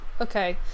Okay